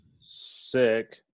sick